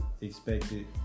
expected